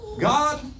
God